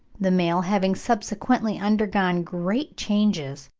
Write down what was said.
the male having subsequently undergone great changes,